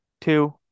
two